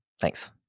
Thanks